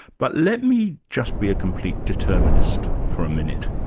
but let me just be a complete determinist for a minute.